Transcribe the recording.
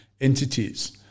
entities